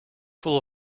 full